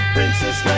Princess